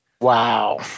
Wow